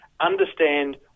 understand